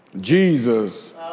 Jesus